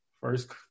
first